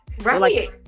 right